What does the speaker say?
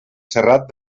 serrat